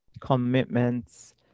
commitments